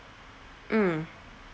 mm